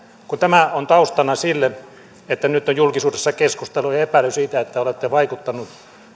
kun tämä on taustana sille että nyt on julkisuudessa keskustelua ja ja epäily siitä että olette vaikuttanut